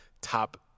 top